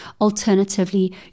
Alternatively